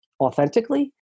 authentically